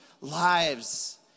lives